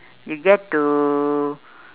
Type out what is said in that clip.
you get to